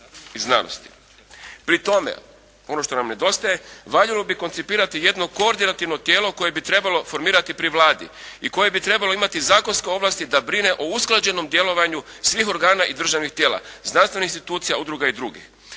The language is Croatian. Pri tome, ono što nam nedostaje valjalo bi koncipirati jedno koordinativno tijelo koje bi trebalo formirati pri Vladi i koje bi trebalo imati zakonske ovlasti da brine o usklađenom djelovanju svih organa i državnih tijela, znanstvenih institucija, udruga i drugih.